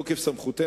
הדחיפות.